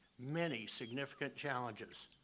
many significant challenges.